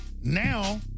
Now